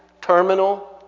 terminal